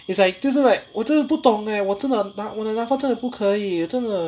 it's like 就是 like 我真的不懂 leh 我真的我的 NAPFA 真的不可以真的